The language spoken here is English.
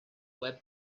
web